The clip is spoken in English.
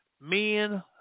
Men